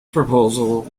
proposal